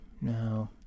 No